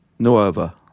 Nova